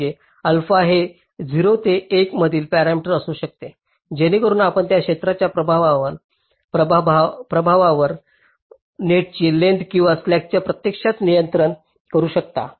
म्हणजे अल्फा हे 0 आणि 1 मधील पॅरामीटर असू शकते जेणेकरून आपण त्या क्षेत्राच्या प्रभावावर नेटची लेंग्थस आणि स्लॅकला प्रत्यक्षात नियंत्रित करू शकता